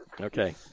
Okay